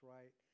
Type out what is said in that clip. Right